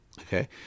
okay